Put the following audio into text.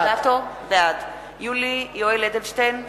בעד יולי יואל אדלשטיין,